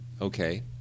Okay